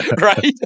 right